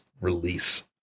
release